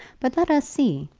but let us see.